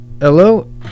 hello